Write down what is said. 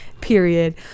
period